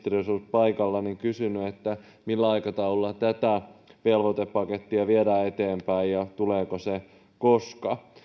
paikalla kysynyt millä aikataululla tätä velvoitepakettia viedään eteenpäin ja koska se tulee